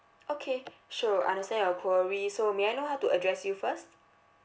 okay sure understand your query so may I know how to address you first